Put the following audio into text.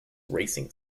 racing